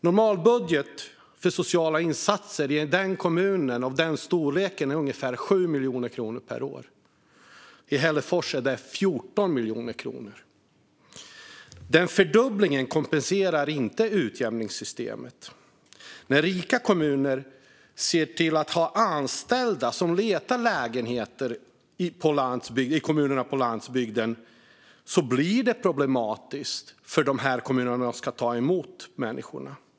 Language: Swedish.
Normalbudget för sociala insatser i en kommun av denna storlek är ungefär 7 miljoner kronor per år. I Hällefors är det 14 miljoner kronor. Denna fördubbling kompenseras inte av utjämningssystemet. När rika kommuner ser till att ha anställda som letar efter lägenheter i kommunerna på landsbygden blir det problematiskt för de kommuner som ska ta emot människorna.